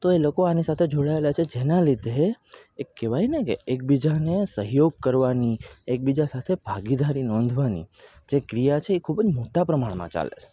તો એ લોકો એની સાથે જોડાએલા છે જેના લીધે એક કહેવાને કે એક બીજાને સહયોગ કરવાની એક બીજા સાથે ભાગીદારી નોંધવાણી જે ક્રિયા છે તે મોટા પ્રમાણમાં ચાલે છે